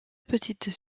petites